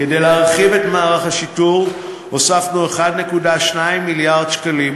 כדי להרחיב את מערך השיטור הוספנו 1.2 מיליארד שקלים,